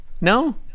No